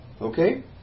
Okay